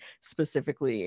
specifically